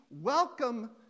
welcome